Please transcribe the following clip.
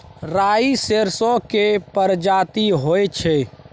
राई सरसो केर परजाती होई छै